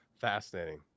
Fascinating